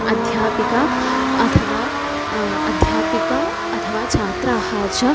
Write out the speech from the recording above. अध्यापिका अथवा अध्यापिका अथवा छात्राः च